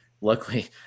luckily